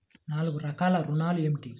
నాలుగు రకాల ఋణాలు ఏమిటీ?